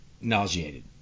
Nauseated